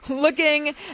looking